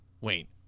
Wait